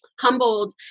humbled